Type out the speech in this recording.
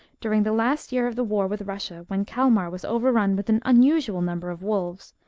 during the last year of the war with russia, when calmar was overrun with an unusual number of wolves,